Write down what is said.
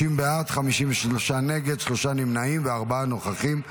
30 בעד, 53 נגד, שלושה נמנעים וארבעה נוכחים.